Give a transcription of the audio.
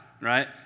right